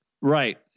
Right